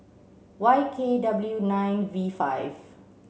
Y K W nine V five